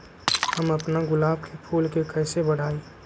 हम अपना गुलाब के फूल के कईसे बढ़ाई?